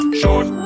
short